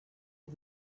had